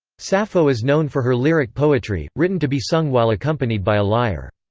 sappho is known for her lyric poetry, written to be sung while accompanied by a lyre.